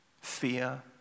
fear